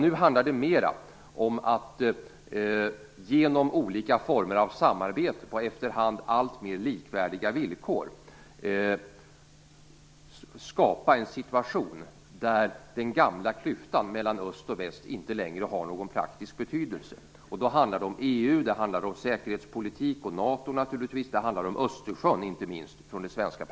Nu handlar det mera om att genom olika former av samarbete, efterhand på alltmer likvärdiga villkor, skapa en situation där den gamla klyftan mellan öst och väst inte längre har någon praktisk betydelse. Det handlar då från det svenska perspektivet om EU, om säkerhetspolitik, naturligtvis om NATO och inte minst om Östersjön.